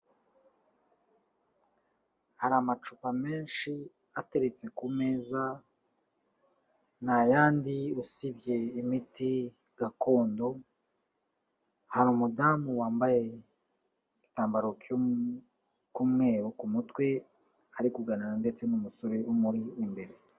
Hari amacupa menshi ateretse ku meza, nta yandi usibye imiti gakondo, hari umudamu wambaye igitambaro cy'umweru ku mutwe, ari kuganira ndetse n'umusore umuri imbere.